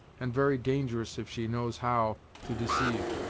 and very dangerous if she knows how to deceive